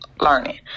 learning